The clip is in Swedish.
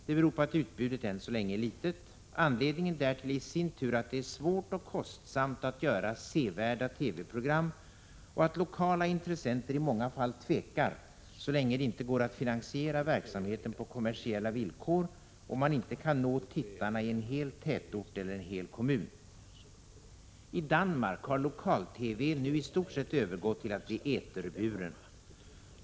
Det beror på att utbudet än så länge är litet. Anledningen därtill är i sin tur att det är svårt och kostsamt att göra sevärda TV-program och att lokala intressenter i många fall tvekar, så länge det inte går att finansiera verksamheten på kommersiella villkor och man inte kan nå tittarna i en hel tätort eller i en hel kommun. I Danmark har lokal-TV nu i stort sett övergått till att bli eterburen.